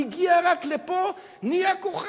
רק הגיע לפה, נהיה כוכב.